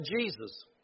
Jesus